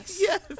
Yes